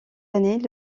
années